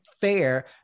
fair